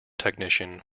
technician